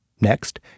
Next